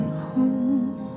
home